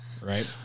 Right